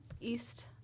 East